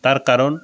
তার কারণ